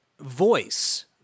voice